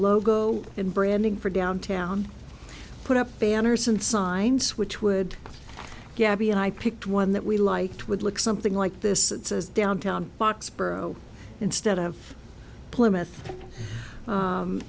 logo and branding for downtown put up banners and signs which would gabby and i picked one that we liked would look something like this it says downtown foxboro instead of plymouth